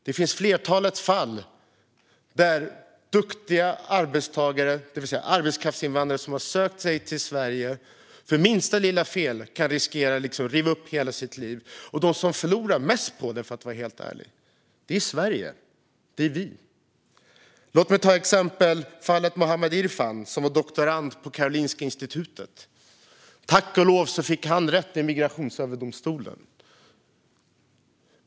Det finns ett flertal fall där duktiga arbetstagare, det vill säga arbetskraftsinvandrare som har sökt sig till Sverige, för minsta lilla fel kan riskera att riva upp hela sitt liv. Och de som förlorar mest på det, för att vara helt ärlig, är Sverige - vi. Låt mig ta exemplet Muhammad Irfan, som var doktorand på Karolinska institutet. Tack och lov fick han rätt i Migrationsöverdomstolen.